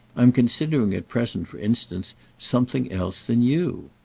i'm considering at present for instance something else than you.